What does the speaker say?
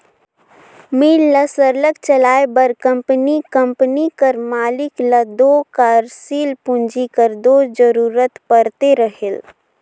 मील ल सरलग चलाए बर कंपनी कंपनी कर मालिक ल दो कारसील पूंजी कर दो जरूरत परते रहेल